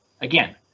Again